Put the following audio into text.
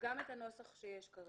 גם את הנוסח שיש כרגע.